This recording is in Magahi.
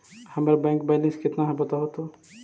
हमर बैक बैलेंस केतना है बताहु तो?